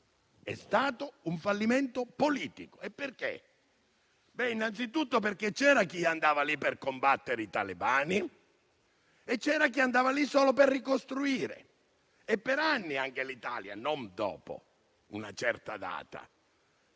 È stata un fallimento politico innanzitutto perché c'era chi andava lì per combattere i talebani e c'era chi andava lì solo per ricostruire. Per anni anche l'Italia, non dopo una certa data,